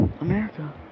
America